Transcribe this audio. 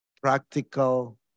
practical